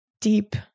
deep